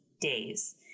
days